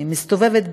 אני מסתובבת,